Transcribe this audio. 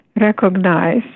recognize